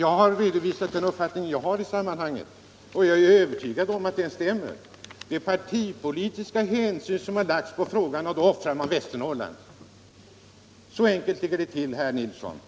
Jag har redovisat min uppfattning om det, och jag är övertygad om att den är riktig. Man har lagt partipolitiska synpunkter på frågan, och då har man offrat Väster norrland. Så enkelt är det, herr Nilsson.